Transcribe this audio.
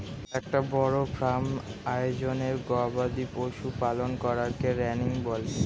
একটা বড় ফার্ম আয়োজনে গবাদি পশু পালন করাকে রানিং বলে